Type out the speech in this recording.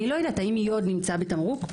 האם יוד נמצא בתמרוק?